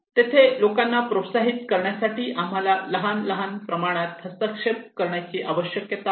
तेथे लोकांना प्रोत्साहित करण्यासाठी आम्हाला लहान लहान प्रमाणात हस्तक्षेप तयार करण्याची आवश्यकता आहे